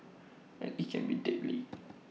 and IT can be deadly